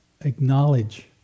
acknowledge